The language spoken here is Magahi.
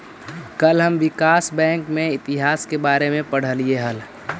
कल हम विकास बैंक के इतिहास के बारे में पढ़लियई हल